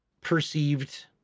perceived